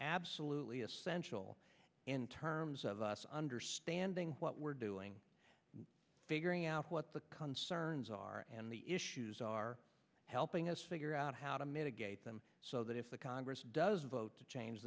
absolutely essential in terms of us understanding what we're doing figuring out what the concerns are and the issues are helping us figure out how to mitigate them so that if the congress does vote to change